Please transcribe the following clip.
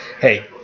hey